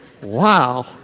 Wow